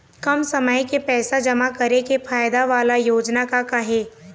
कम समय के पैसे जमा करे के फायदा वाला योजना का का हे?